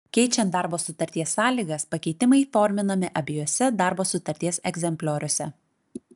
keičiant darbo sutarties sąlygas pakeitimai įforminami abiejuose darbo sutarties egzemplioriuose